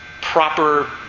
proper